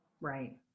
Right